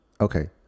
Okay